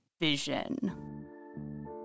Vision